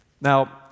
Now